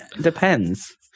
depends